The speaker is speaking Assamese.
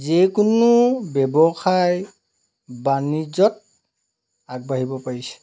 যেইকোনো ব্যৱসায় বাণিজ্যত আগবাঢ়িব পাৰিছে